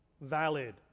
valid